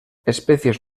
especies